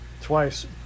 twice